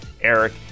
Eric